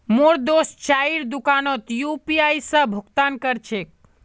मोर दोस्त चाइर दुकानोत यू.पी.आई स भुक्तान कर छेक